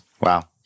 Wow